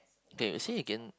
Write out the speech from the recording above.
okay you see again